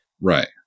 Right